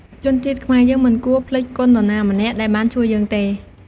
ជនជាតិខ្មែរយើងមិនគួរភ្លេចគុណនរណាម្នាក់ដែលបានជួយយើងទេ។